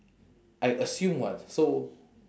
I assume what so